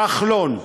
כחלון,